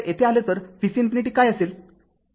तर येथे आलो तर vc ∞ काय असेल